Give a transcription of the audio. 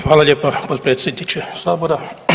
Hvala lijepa potpredsjedniče sabora.